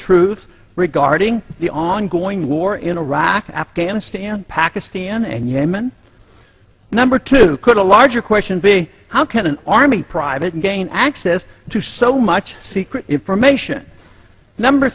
truth regarding the ongoing war in iraq afghanistan pakistan and yemen number two could a larger question be how can an army private gain access to so much secret information number